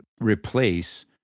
replace